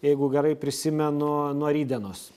jeigu gerai prisimenu nuo rytdienos